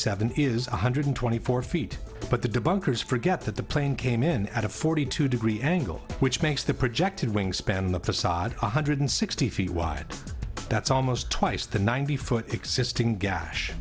seven is one hundred twenty four feet but the debunkers forget that the plane came in at a forty two degree angle which makes the projected wingspan the facade one hundred sixty feet wide that's almost twice the ninety foot existing